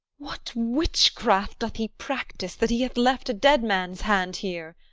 what witchcraft doth he practise, that he hath left a dead man's hand here?